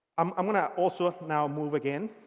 um i'm going to also now move again.